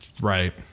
Right